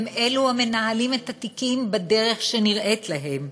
הם אלו המנהלים את התיקים בדרך שנראית להם,